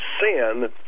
sin